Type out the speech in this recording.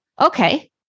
okay